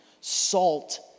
salt